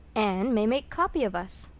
anne may make copy of us.